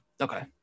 Okay